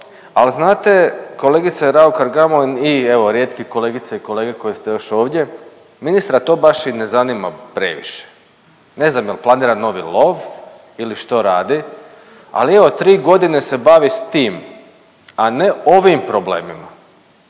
ali znate kolegice Raukar Gamulin i evo rijetki kolegice i kolege koji ste još ovdje ministra to baš i ne zanima previše. Ne znam jel planira novi lov ili što radi, ali evo 3 godine se bavi s tim, a ne ovim problemima.